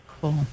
Cool